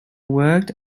worked